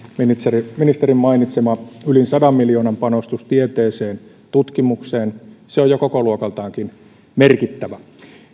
ministerin mainitsema yli sadan miljoonan panostus tieteeseen tutkimukseen se on jo kokoluokaltaankin merkittävä